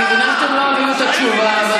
אנחנו לא ניתן להם לשכוח אתכם.